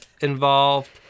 involved